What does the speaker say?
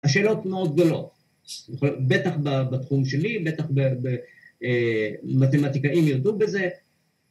השאלות מאוד גדולות, בטח בתחום שלי, בטח במתמטיקאים יודו בזה